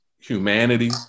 humanity